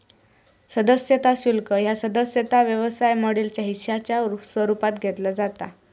सदस्यता शुल्क ह्या सदस्यता व्यवसाय मॉडेलच्या हिश्शाच्या स्वरूपात घेतला जाता